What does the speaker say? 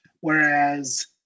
Whereas